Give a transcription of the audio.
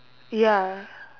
ya